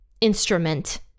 instrument